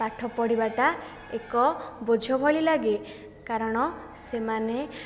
ପାଠ ପଢ଼ିବାଟା ଏକ ବୋଝ ଭଳି ଲାଗେ କାରଣ ସେମାନେ